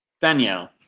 Danielle